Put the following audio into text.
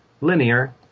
linear